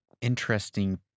Interesting